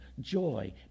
joy